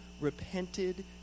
repented